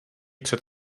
před